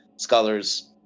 scholars